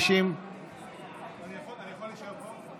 אני יכול להישאר פה?